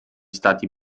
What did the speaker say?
stati